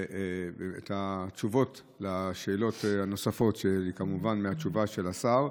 התשובות על השאלות הנוספות מהתשובה של השר.